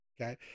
Okay